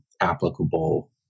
applicable